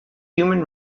human